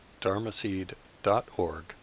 dharmaseed.org